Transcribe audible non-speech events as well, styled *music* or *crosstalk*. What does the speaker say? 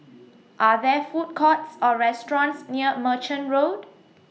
*noise* Are There Food Courts Or restaurants near Merchant Road